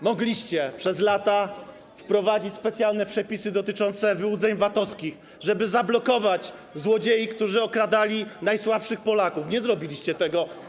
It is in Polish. Mogliście przez lata wprowadzić specjalne przepisy dotyczące wyłudzeń VAT-owskich, żeby zablokować złodziei, którzy okradali najsłabszych Polaków, nie zrobiliście tego.